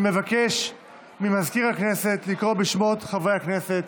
אני מבקש ממזכיר הכנסת לקרוא בשמות חברי הכנסת,